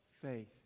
faith